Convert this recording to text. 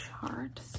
chart